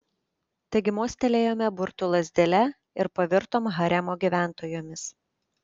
taigi mostelėjome burtų lazdele ir pavirtom haremo gyventojomis